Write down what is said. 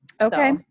Okay